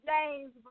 James